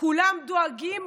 כולם דואגים,